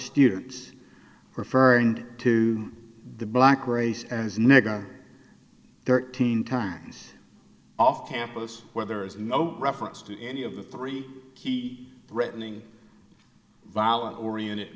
students referring to the black race as nigger thirteen times off campus where there is no reference to any of the three key threatening violent